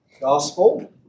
gospel